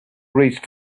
reached